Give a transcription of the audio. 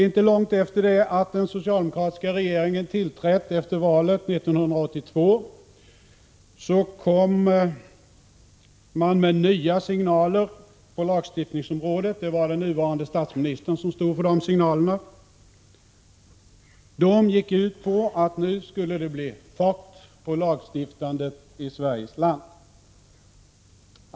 Inte långt efter det att den socialdemokratiska regeringen tillträtt efter valet 1982 gick man ut med nya signaler på lagstiftningsområdet — det var den nuvarande statsministern som stod för dem. De gick ut på att det nu skulle bli fart på lagstiftandet i Sverige.